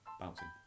bouncing